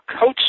coach